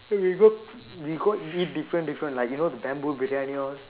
we go we go eat different different like you know the bamboo